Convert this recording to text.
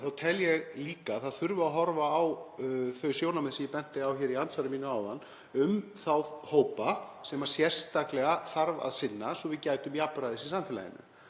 þá tel ég líka að það þurfi að horfa á þau sjónarmið sem ég benti á í andsvari mínu áðan um þá hópa sem sérstaklega þarf að sinna svo við gætum jafnræðis í samfélaginu.